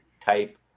type